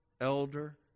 elder